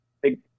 big